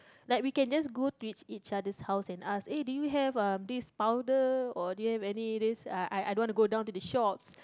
like we can just go to each each other's house and ask eh do you have eh this powder or do you have any this I I I don't want to go down to the shops